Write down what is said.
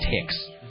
ticks